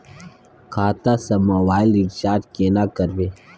खाता स mobile recharge केना करबे?